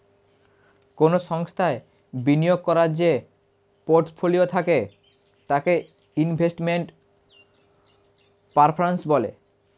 কোন সংস্থায় বিনিয়োগ করার যে পোর্টফোলিও থাকে তাকে ইনভেস্টমেন্ট পারফর্ম্যান্স বলে